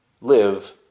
live